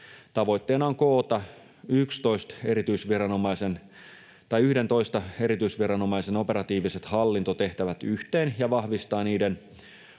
Tavoitteena on koota 11 erityisviranomaisen operatiiviset hallintotehtävät yhteen ja vahvistaa niiden